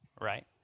right